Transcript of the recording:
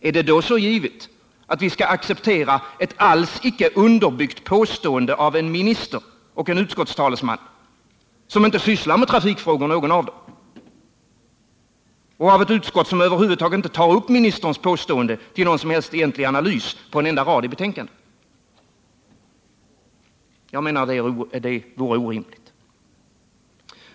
Är det så givet att vi skall acceptera ett alls icke underbyggt påstående av en minister och en utskottstalesman, vilka inte sysslar med trafikfrågor, och av ett utskott som över huvud taget inte tar upp ministerns påstående till någon som helst egentlig analys på en enda rad i betänkandet? Jag menar att detta vore orimligt.